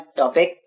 topic